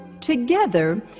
Together